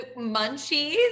munchies